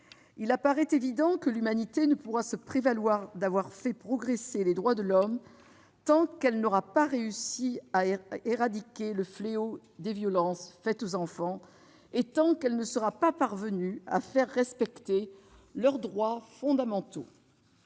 Il apparaît évident que l'humanité ne pourra se prévaloir d'avoir fait progresser les droits de l'homme tant qu'elle n'aura pas réussi à éradiquer le fléau des violences faites aux enfants et tant qu'elle ne sera pas parvenue à faire respecter leurs droits fondamentaux.